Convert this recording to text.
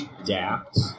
adapt